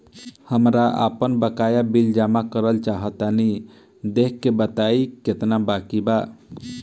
हमरा आपन बाकया बिल जमा करल चाह तनि देखऽ के बा ताई केतना बाकि बा?